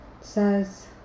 says